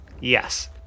Yes